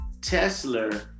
Tesla